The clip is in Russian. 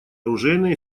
оружейное